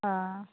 हँ